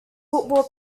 football